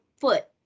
foot